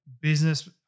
business